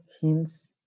hints